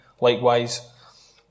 likewise